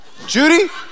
Judy